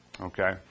okay